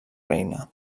reina